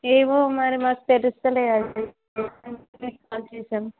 ఏమో మరి మాకు తెలుస్తలే అది అందుకే మీకు కాల్ చేశాను